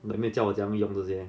没没教我怎样用这些